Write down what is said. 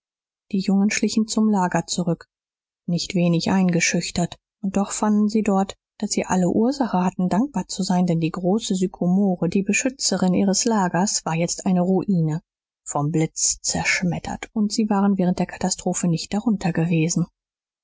die jungen schlichen zum lager zurück nicht wenig eingeschüchtert und doch fanden sie dort daß sie alle ursache hatten dankbar zu sein denn die große sykomore die beschützerin ihres lagers war jetzt eine ruine vom blitz zerschmettert und sie waren während der katastrophe nicht darunter gewesen